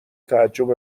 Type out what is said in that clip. تعجب